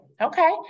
Okay